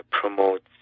promotes